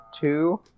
two